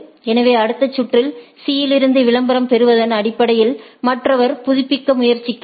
எனவே அடுத்த சுற்றில் C இலிருந்து விளம்பரம் பெறுவதன் அடிப்படையில் மற்றவர் புதுப்பிக்க முயற்சிக்கிறார்